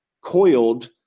coiled